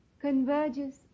converges